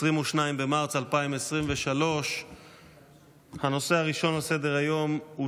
22 במרץ 2023. הנושא הראשון על סדר-היום הוא